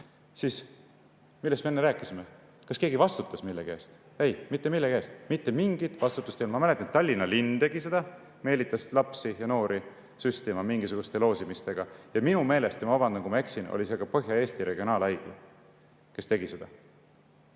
siis – millest me enne rääkisime – kas keegi vastutas millegi eest? Ei, mitte millegi eest mitte mingit vastutust ei olnud. Ma mäletan, et Tallinna linn tegi seda, meelitas lapsi ja noori süstima mingisuguste loosimistega. Ja minu meelest – ma vabandan, kui ma eksin – tegi seda ka Põhja-Eesti Regionaalhaigla. Üks haigla